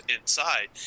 inside